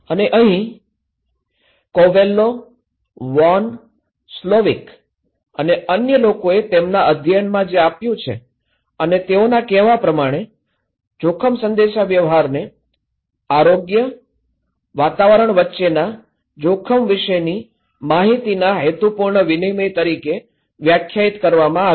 અને અહીં અમે કોવેલ્લો વોન સ્લોવીક અન્ય લોકોએ તેમના અધ્યયનમાં જે આપ્યું છે તે અને તેઓના કહેવા પ્રમાણે જોખમ સંદેશાવ્યવહારને આરોગ્ય વાતાવરણ વચ્ચેના જોખમ વિશેની માહિતીના હેતુપૂર્ણ વિનિમય તરીકે વ્યાખ્યાયિત કરવામાં આવી છે